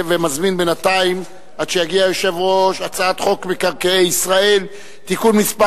ביוזמת אורי אורבך, איתן כבל, והרב אמסלם.